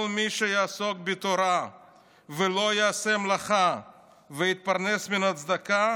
כל מי שיעסוק בתורה ולא יעשה מלאכה ויתפרנס מן הצדקה,